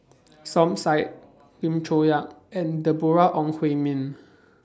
Som Said Lim Chong Yah and Deborah Ong Hui Min